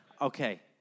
Okay